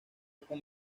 como